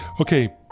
Okay